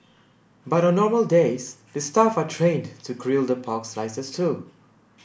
but on normal days the staff are trained to grill the pork slices too